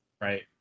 Right